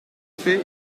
fait